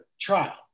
trial